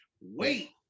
Wait